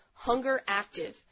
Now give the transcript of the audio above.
HUNGERACTIVE